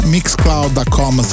Mixcloud.com